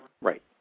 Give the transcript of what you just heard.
right